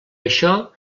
això